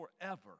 forever